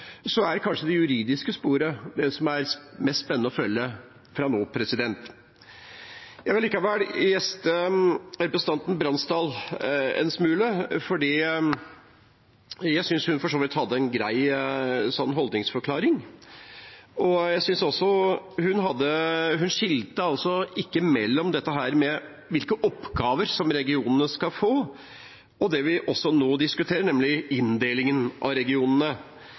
er kanskje det juridiske sporet det som er mest spennende å følge fra nå. Jeg vil likevel gjeste representanten Bransdal en smule. Jeg syns hun for så vidt hadde en grei holdningsforklaring. Jeg syns ikke hun skilte mellom dette med hvilke oppgaver som regionene skal få, og det vi nå diskuterer, nemlig inndelingen av regionene.